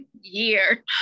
year